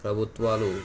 ప్రభుత్వాలు